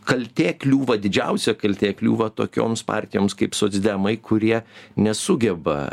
kaltė kliūva didžiausia kaltė kliūva tokioms partijoms kaip socdemai kurie nesugeba